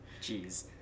Jeez